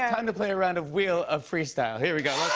and to play a round of wheel of freestyle. here we go.